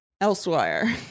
elsewhere